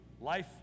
life